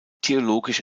theologisch